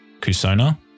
Kusona